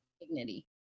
dignity